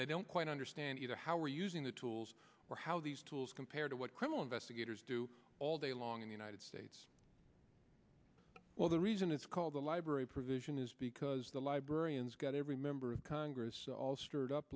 they don't quite understand either how we're using the tools or how these tools compare to what criminal investigators do all day long in the united states well the reason it's called the library provision is because the librarians got every member of congress all stirred up